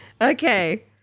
Okay